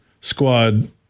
squad